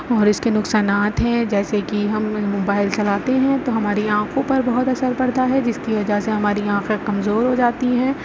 اور اس کے نقصانات ہیں جیسے کہ ہم موبائل چلاتے ہوں تو ہماری آنکھوں پر بہت اثر پڑتا ہے جس کی وجہ سے ہماری آنکھیں کمزور ہو جاتی ہیں